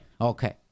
okay